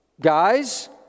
guys